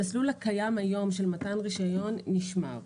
המסלול הקיים היום של מתן רישיון נשמר.